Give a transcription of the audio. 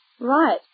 Right